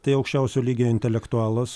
tai aukščiausio lygio intelektualas